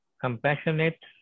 compassionate